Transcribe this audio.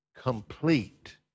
complete